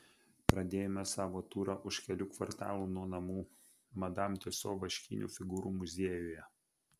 pradėjome savo turą už kelių kvartalų nuo namų madam tiuso vaškinių figūrų muziejuje